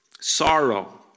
Sorrow